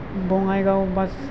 Bongaigaon बास